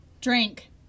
Drink